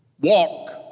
Walk